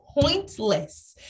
pointless